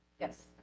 Yes